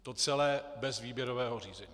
To celé bez výběrového řízení.